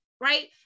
right